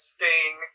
Sting